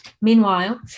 Meanwhile